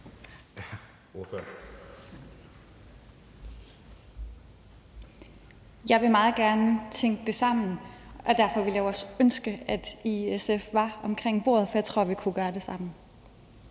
Jeg vil meget gerne tænke det sammen, og derfor ville jeg jo også ønske, at I i SF var omkring bordet, for jeg tror, vi kunne gøre det sammen.